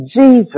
Jesus